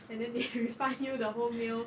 and then they refund you the whole meal